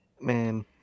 Man